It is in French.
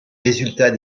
résultats